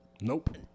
Nope